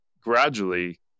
gradually